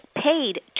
Paid